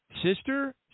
Sister